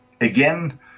again